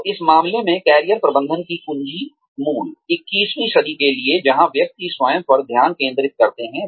तो इस मामले में कैरियर प्रबंधन की कुंजी मूल 21 वीं सदी के लिए जहां व्यक्ति स्वयं पर ध्यान केंद्रित करते हैं